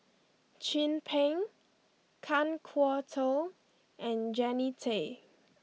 Chin Peng Kan Kwok Toh and Jannie Tay